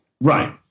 Right